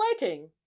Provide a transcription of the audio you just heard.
wedding